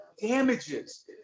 damages